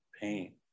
pain